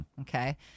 okay